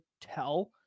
tell